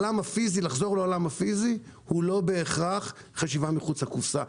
לחזור לעולם הפיזי זה לא בהכרח חשיבה מחוץ לקופסה.